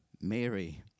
Mary